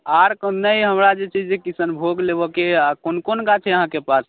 आर नहि हमरा जे छै से किशनभोग लेबेके अइ आ कोन गाछ अइ अहाँके पास